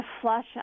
flush